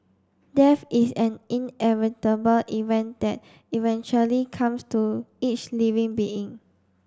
death is an inevitable event that eventually comes to each living being